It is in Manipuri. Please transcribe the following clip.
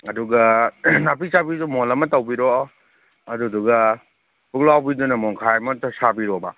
ꯑꯗꯨꯒ ꯅꯥꯄꯤ ꯆꯥꯕꯤꯗꯣ ꯃꯣꯟ ꯑꯃ ꯇꯧꯕꯤꯔꯣ ꯑꯗꯨꯗꯨꯒ ꯄꯨꯛꯂꯥꯎꯕꯤꯗꯨꯅ ꯃꯣꯟ ꯃꯈꯥꯏ ꯑꯃꯇ ꯁꯥꯕꯤꯔꯣꯕ